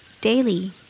Daily